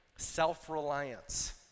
self-reliance